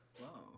Wow